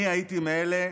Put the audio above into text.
אני הייתי מאלה